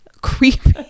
creepy